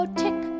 tick